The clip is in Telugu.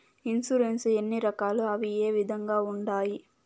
ఇన్సూరెన్సు ఎన్ని రకాలు అవి ఏ విధంగా ఉండాయి